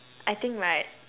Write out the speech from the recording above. I think right